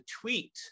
tweet